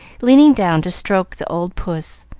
leaning down to stroke the old puss,